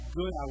good